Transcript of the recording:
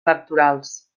electorals